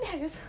then I just